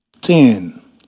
Ten